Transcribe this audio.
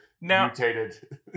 mutated